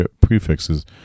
prefixes